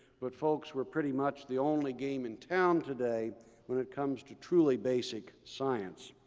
but folks, we're pretty much the only game in town today when it comes to truly basic science.